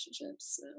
relationships